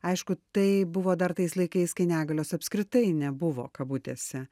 aišku tai buvo dar tais laikais kai negalios apskritai nebuvo kabutėse